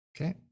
Okay